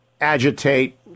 agitate